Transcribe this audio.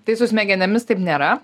tai su smegenimis taip nėra